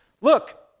look